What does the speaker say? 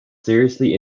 seriously